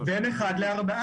בין אחד לארבעה.